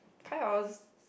five hours